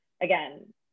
again